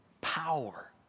Power